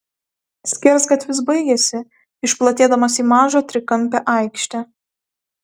skersgatvis baigėsi išplatėdamas į mažą trikampę aikštę